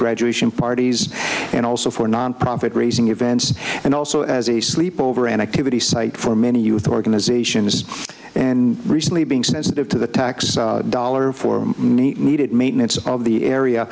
graduation parties and also for nonprofit raising events and also as a sleep over an activity site for many youth organizations and recently being sensitive to the tax dollars for needed maintenance of the area